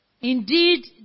Indeed